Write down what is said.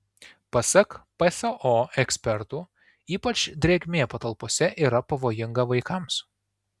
pasak pso ekspertų ypač drėgmė patalpose yra pavojinga vaikams